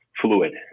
fluid